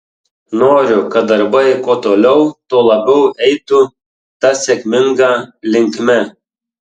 noriu kad darbai kuo toliau tuo labiau eitų ta sėkminga linkme